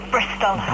Bristol